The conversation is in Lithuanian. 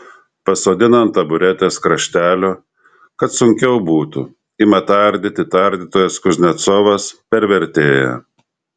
pasodina ant taburetės kraštelio kad sunkiau būtų ima tardyti tardytojas kuznecovas per vertėją